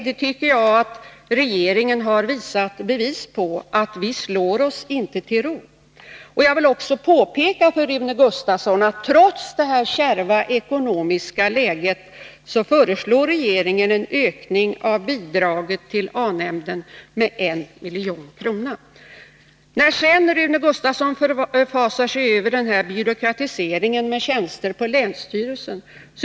Jag tycker att regeringen har gett bevis på att vi inte slår oss till ro. Jag vill vidare påpeka, Rune Gustavsson, att trots det kärva ekonomiska läget föreslår regeringen en ökning av bidraget till A-nämnden med 1 milj.kr. Rune Gustavsson förfasar sig över byråkratiseringen vad gäller tjänster på länsstyrelserna.